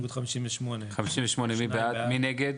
הסתייגות 58. הצבעה בעד, 2 נגד,